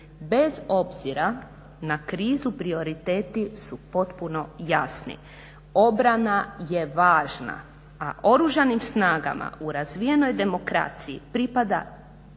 Bez obzira na krizu, prioriteti su potpuno jasni. Obrana je važna, a Oružanim snagama u razvijenoj demokraciji pripada